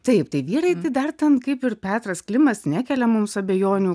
taip tai vyrai tai dar ten kaip ir petras klimas nekelia mums abejonių